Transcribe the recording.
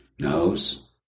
knows